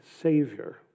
Savior